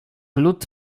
lód